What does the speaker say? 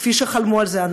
כפי שחלמו על זה הנאצים.